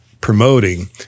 promoting